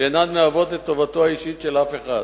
שאינן מהוות את טובתו האישית של אף אחד,